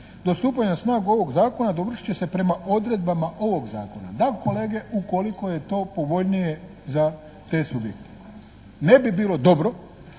do stupanja na snagu ovog zakona dovršit će se prema odredbama ovog zakona. Da kolege, ukoliko je to povoljnije za te subjekte. Ne bi bilo dobro